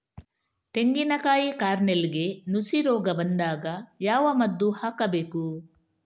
ತೆಂಗಿನ ಕಾಯಿ ಕಾರ್ನೆಲ್ಗೆ ನುಸಿ ರೋಗ ಬಂದಾಗ ಯಾವ ಮದ್ದು ಹಾಕಬೇಕು?